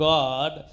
God